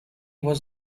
was